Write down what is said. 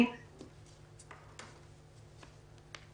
ומעורכי דין שמייצגים את אותם אסירים.